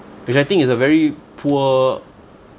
which I think is a very poor